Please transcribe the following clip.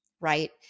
Right